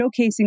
showcasing